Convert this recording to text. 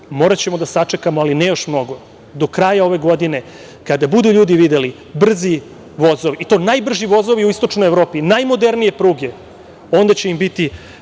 moraćemo da sačekamo, ali ne još mnogo do kraja ove godine kada budu ljudi videli brzi vozovi i to najbrži vozovi i istočnoj Evropi, najmodernije pruge, onda će im biti